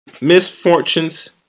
misfortunes